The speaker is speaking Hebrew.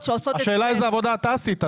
השאלה איזה עבודה אתה עשית.